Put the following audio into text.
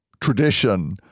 tradition